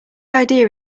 idea